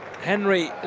Henry